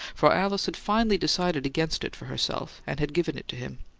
for alice had finally decided against it for herself and had given it to him.